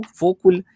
focul